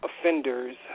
offenders